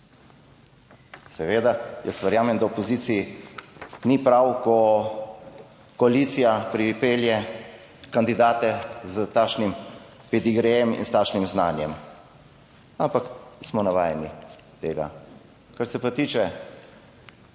Seveda, jaz verjamem, da opoziciji ni prav, ko koalicija pripelje kandidate s takšnim pedigrejem in s takšnim znanjem, ampak smo vajeni tega.